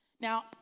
Now